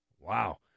Wow